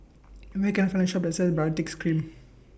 Where Can I Find A Shop that sells Baritex Cream